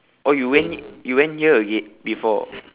oh you went you went here again before